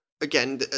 again